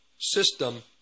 system